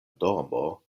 domo